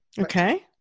okay